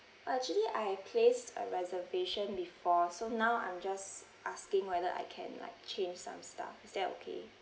actually I placed a reservation before so now I'm just asking whether I can like change some stuff is that okay